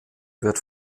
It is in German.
wird